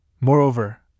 Moreover